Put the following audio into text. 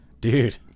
Dude